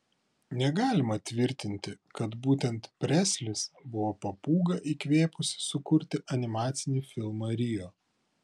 negalima tvirtinti kad būtent preslis buvo papūga įkvėpusi sukurti animacinį filmą rio